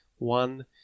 One